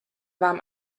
warm